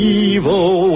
evil